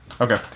okay